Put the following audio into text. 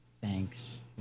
Thanks